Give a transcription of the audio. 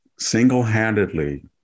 Single-handedly